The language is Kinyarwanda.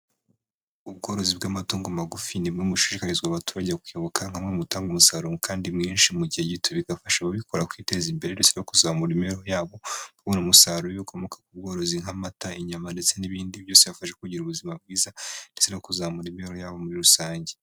Ubworozi bw'amatungo magufi ni bumwe mu bushishikarizwa abaturage kuyoboka nka bumwe mu butanga umusaruro kandi mwinshi mu gihe gito, bigafasha ababikora kwiteza imbere ndetse no kuzamura imibereho yabo, no kubona umusaruro w'ibikomoka ku bworozi nk'amata inyama ndetse n'ibindi, byose bifasha kugira ubuzima bwiza ndetse no kuzamura imibereho yabo muri rusange.